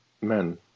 men